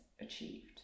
achieved